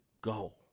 go